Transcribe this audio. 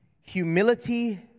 humility